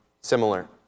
similar